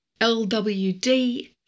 LWD